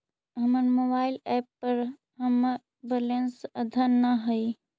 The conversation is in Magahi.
हमर मोबाइल एप पर हमर बैलेंस अद्यतन ना हई